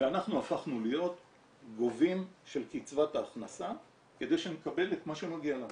ואנחנו הפכנו להיות גובים של קצבת ההכנסה כדי שנקבל את מה שמגיע לנו.